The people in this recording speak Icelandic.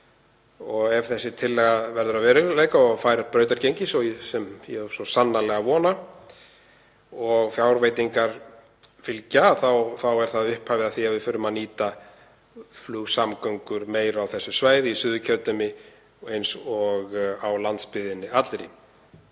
Ef þessi tillaga verður að veruleika og fær brautargengi, sem ég vona svo sannarlega, og fjárveitingar fylgja, þá er það upphafið að því að við förum að nýta flugsamgöngur meira á þessu svæði í Suðurkjördæmi eins og á landsbyggðinni allri.